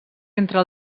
entre